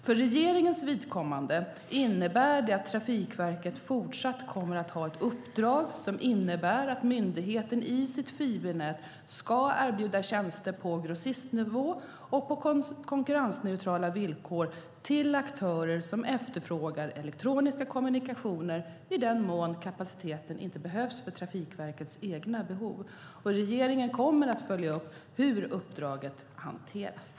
För regeringens vidkommande innebär det att Trafikverket fortsatt kommer att ha ett uppdrag som innebär att myndigheten i sitt fibernät ska erbjuda tjänster på grossistnivå och på konkurrensneutrala villkor till aktörer som efterfrågar elektroniska kommunikationer, i den mån kapaciteten inte behövs för Trafikverkets egna behov. Regeringen kommer att följa upp hur uppdraget hanteras.